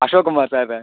Ashok Kumar sir தான்